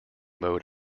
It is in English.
mode